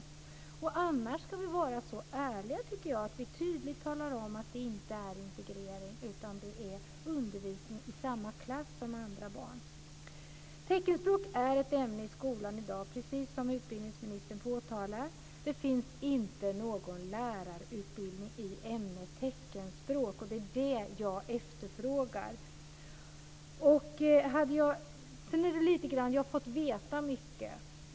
Annars tycker jag att vi ska vara så ärliga att vi tydligt talar om att det inte är integrering utan undervisning i samma klass som andra barn. Teckenspråk är ett ämne i skolan i dag, precis som utbildningsministern påtalar. Det finns inte någon lärarutbildning i ämnet teckenspråk, och det är det jag efterfrågar. Jag har fått veta mycket.